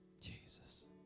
Jesus